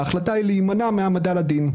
ההחלטה היא להימנע מהעמדה לדין.